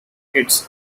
its